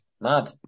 Mad